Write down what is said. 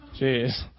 Jeez